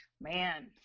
man